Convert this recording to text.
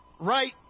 Right